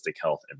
health